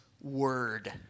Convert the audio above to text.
word